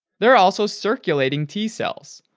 there are also circulating t cells,